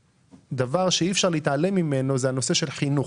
דבר שאי אפשר להתעלם ממנו זה הנושא של החינוך.